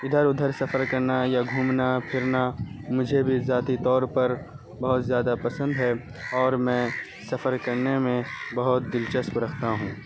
ادھر ادھر سفر کرنا یا گھومنا پھرنا مجھے بھی ذاتی طور پر بہت زیادہ پسند ہے اور میں سفر کرنے میں بہت دلچسپ رکھتا ہوں